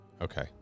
Okay